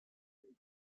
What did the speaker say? free